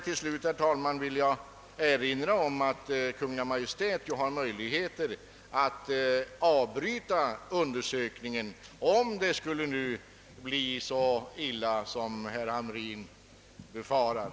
Till slut, herr talman, vill jag erinra om att Kungl. Maj:t ju har möjlighet att avbryta verksamheten, om det nu skulle gå så illa som herr Hamrin befarar.